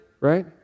right